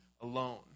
alone